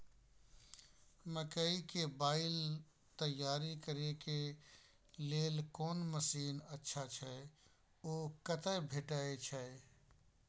मकई के बाईल तैयारी करे के लेल कोन मसीन अच्छा छै ओ कतय भेटय छै